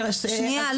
שנייה,